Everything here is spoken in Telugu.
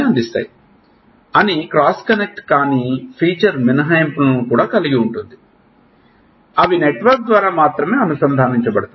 అవి క్రాస్ కనెక్ట్ కాని ఫీచర్ మినహాయింపు లను కలిగి ఉంటాయి అవి నెట్వర్క్ ద్వారా మాత్రమే అనుసంధానించబడతాయి